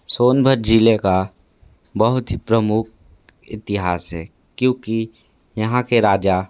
सोनभद्र जिले का बहोत ही प्रमुख इतिहास है क्योंकि यहाँ के राजा